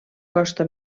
costa